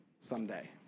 someday